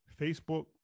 Facebook